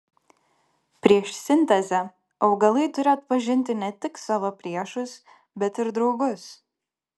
prieš sintezę augalai turi atpažinti ne tik savo priešus bet ir draugus